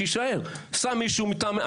שם מישהו מתאים מתחתיו ושיישאר.